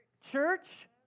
Church